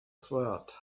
sword